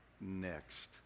next